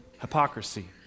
hypocrisy